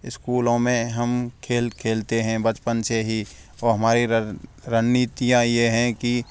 स्कूलों में हम खेल खेलते हैं बचपन से ही तो हमारी रणनीतियाँ ये हैं कि